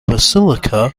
basilica